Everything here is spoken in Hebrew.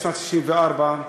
בשנת 1964,